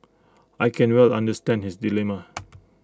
I can well understand his dilemma